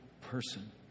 person